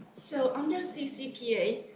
so under ccpa,